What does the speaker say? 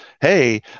hey